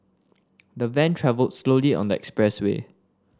the van travelled slowly on the expressway